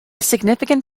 significant